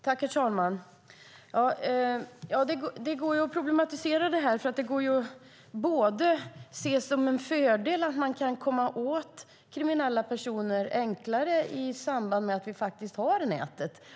Herr talman! Det går att problematisera detta. Det kan ses som en fördel att man kan komma åt kriminella personer enklare genom att vi har nätet.